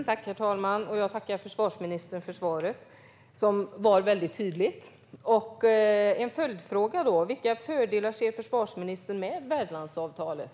Herr talman! Jag tackar försvarsministern för svaret som var väldigt tydligt. En följdfråga: Vilka fördelar ser försvarsministern med värdlandsavtalet?